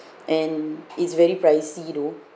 and it's very pricey though